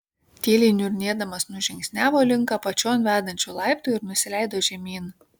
tyliai niurnėdamas nužingsniavo link apačion vedančių laiptų ir nusileido žemyn